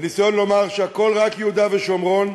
והניסיון לומר שהכול רק יהודה ושומרון,